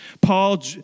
Paul